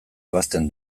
ebazten